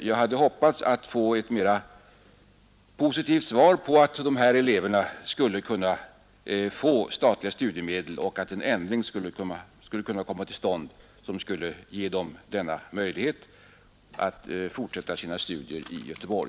Jag hade hoppats få ett mera positivt svar, nämligen att de här eleverna skulle kunna få statliga studiemedel, dvs. att en ändring skulle kunna komma till stånd som skulle ge dem möjlighet att fortsätta sina studier i Göteborg.